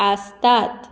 आसतात